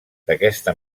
d’aquesta